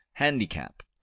handicap